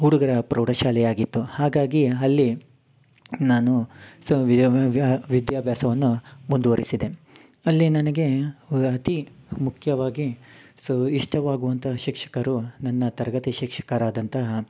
ಹುಡುಗರ ಪ್ರೌಢಶಾಲೆಯಾಗಿತ್ತು ಹಾಗಾಗಿ ಅಲ್ಲಿ ನಾನು ವಿದ್ಯಾಭ್ಯಾಸವನ್ನು ಮುಂದುವರಿಸಿದೆ ಅಲ್ಲಿ ನನಗೆ ಅತೀ ಮುಖ್ಯವಾಗಿ ಸೋ ಇಷ್ಟವಾಗುವಂತ ಶಿಕ್ಷಕರು ನನ್ನ ತರಗತಿ ಶಿಕ್ಷಕರಾದಂತಹ